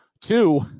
Two